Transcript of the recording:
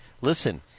listen